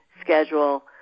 schedule